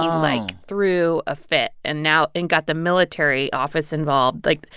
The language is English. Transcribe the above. ah like, threw a fit. and now and got the military office involved, like,